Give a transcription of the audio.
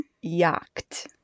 yacht